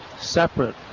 separate